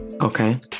okay